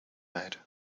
made